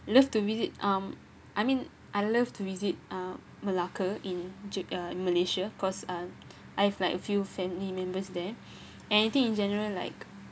love to visit um I mean I love to visit uh malacca in malaysia cause uh I've like a few family members there and I think in general like